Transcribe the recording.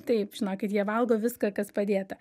taip žinokit jie valgo viską kas padėta